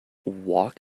walk